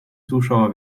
zuschauer